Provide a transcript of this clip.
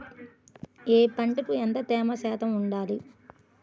ఏ పంటకు ఎంత తేమ శాతం ఉండాలి?